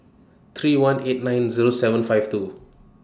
three one eight nine Zero seven five two